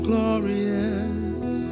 Glorious